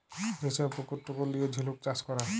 যে ছব পুকুর টুকুর লিঁয়ে ঝিলুক চাষ ক্যরে